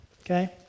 okay